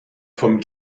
vom